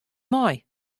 mei